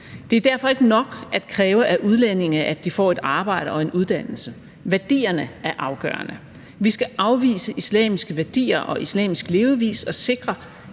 Det er derfor ikke nok at kræve af udlændinge, at de får et arbejde og en uddannelse. Værdierne er afgørende. Vi skal afvise islamiske værdier og islamisk levevis og sikre,